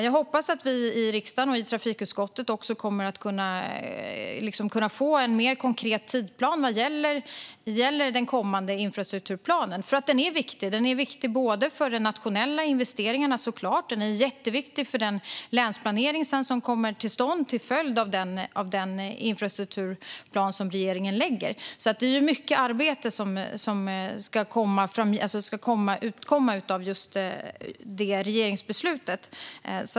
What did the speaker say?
Jag hoppas att vi i riksdagen och i trafikutskottet kommer att kunna få en mer konkret tidsplan vad gäller den kommande infrastrukturplanen, för den är viktig. Den är viktig för de internationella investeringarna och jätteviktig för den länsplanering som kommer till stånd till följd av den infrastrukturplan som regeringen lägger fram, så det är mycket arbete som ska komma ut av det regeringsbeslutet.